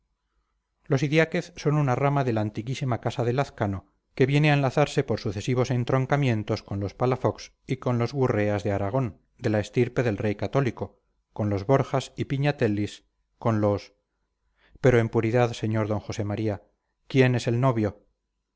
los idiáquez son una rama de la antiquísima casa de lazcano que viene a enlazarse por sucesivos entroncamientos con los palafox y con los gurreas de aragón de la estirpe del rey católico con los borjas y pignatellis con los pero en puridad sr d josé maría quién es el novio